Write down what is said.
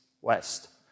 West